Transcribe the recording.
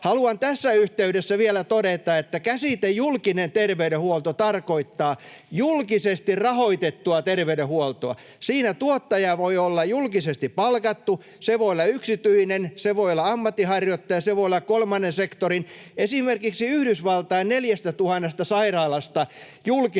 Haluan tässä yhteydessä vielä todeta, että käsite ”julkinen terveydenhuolto” tarkoittaa julkisesti rahoitettua terveydenhuoltoa. Siinä tuottaja voi olla julkisesti palkattu, se voi olla yksityinen, se voi olla ammatinharjoittaja, se voi olla kolmannen sektorin. Esimerkiksi Yhdysvaltain 4 000 sairaalasta julkisia